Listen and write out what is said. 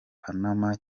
panama